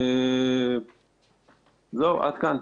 עד כאן.